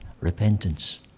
repentance